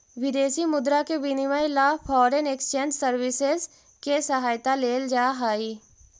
विदेशी मुद्रा के विनिमय ला फॉरेन एक्सचेंज सर्विसेस के सहायता लेल जा हई